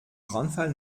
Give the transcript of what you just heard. brandfall